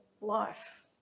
life